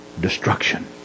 destruction